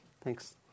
Thanks